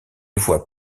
voie